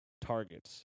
targets